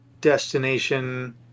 destination